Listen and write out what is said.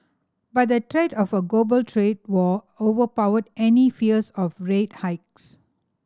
but the threat of a global trade war overpowered any fears of rate hikes